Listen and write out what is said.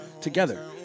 together